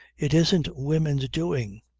it isn't women's doing.